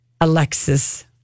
Alexis